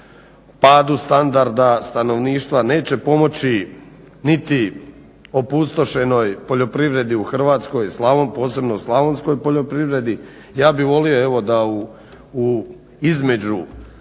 padu standarda stanovništva, neće pomoći niti opustošenoj poljoprivredi u Hrvatskoj posebno slavonskoj poljoprivredi. Ja bih volio, evo da u između